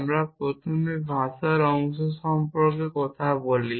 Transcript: আমরা প্রথমে ভাষার অংশ সম্পর্কে কথা বলি